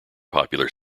popular